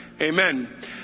Amen